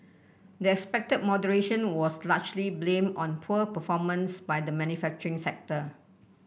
the expected moderation was largely blamed on poor performance by the manufacturing sector